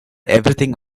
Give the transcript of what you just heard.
everything